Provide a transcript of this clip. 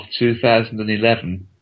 2011